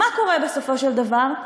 מה קורה בסופו של דבר?